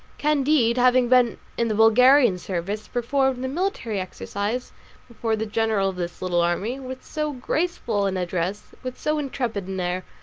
candide having been in the bulgarian service, performed the military exercise before the general of this little army with so graceful an address, with so intrepid an air,